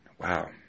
wow